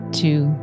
two